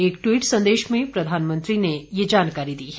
एक ट्वीट संदेश में प्रधानमंत्री ने ये जानकारी दी है